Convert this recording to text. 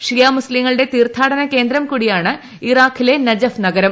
ഷിയാമുസ്ത്രീങ്ങളുടെ തീർത്ഥാടന കേന്ദ്രം കൂടിയാണ് ഇറാഖിലെ നജഫ് നഗരം